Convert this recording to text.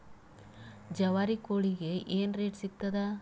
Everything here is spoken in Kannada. ಜವಾರಿ ಕೋಳಿಗಿ ಏನ್ ರೇಟ್ ಸಿಗ್ತದ?